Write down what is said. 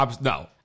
no